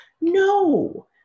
No